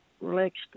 relaxed